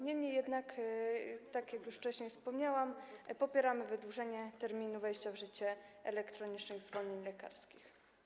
Niemniej jednak - jak już wcześniej wspomniałam - popieramy wydłużenie terminu wejścia w życie elektronicznych zwolnień lekarskich.